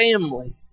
family